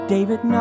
David